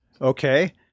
okay